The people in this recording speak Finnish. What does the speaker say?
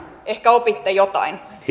ehkä opitte jotain